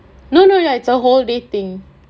no no ya it's a whole day thing